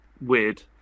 weird